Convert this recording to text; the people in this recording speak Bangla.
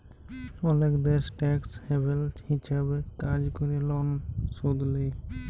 অলেক দ্যাশ টেকস হ্যাভেল হিছাবে কাজ ক্যরে লন শুধ লেই